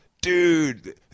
dude